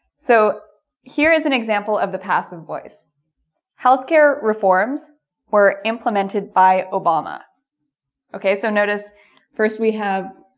so here is an example of the passive voice health care reforms were implemented by obama ok so notice first we have